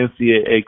NCAA